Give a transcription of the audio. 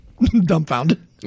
dumbfounded